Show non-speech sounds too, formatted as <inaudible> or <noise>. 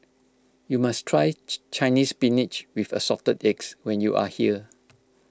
you must try <hesitation> Chinese Spinach with Assorted Eggs when you are here